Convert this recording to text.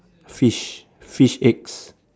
fish fish eggs